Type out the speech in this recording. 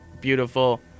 beautiful